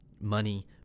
Money